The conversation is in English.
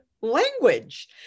language